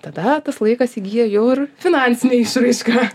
tada tas laikas įgyja jau ir finansinę išraišką